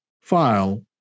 file